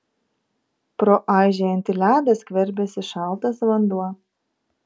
pro aižėjantį ledą skverbėsi šaltas vanduo